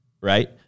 right